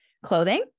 clothing